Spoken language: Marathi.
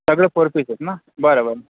सगळं फोर पिसेस ना बरं बरं